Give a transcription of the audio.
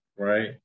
Right